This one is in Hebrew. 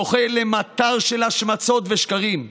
זוכה למטר של השמצות ושקרים.